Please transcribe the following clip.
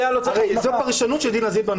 זו פרשנות של דינה זילבר.